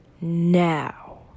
now